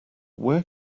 where